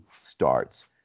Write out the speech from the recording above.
starts